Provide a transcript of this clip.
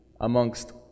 amongst